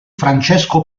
francesco